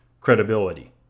credibility